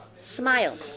smile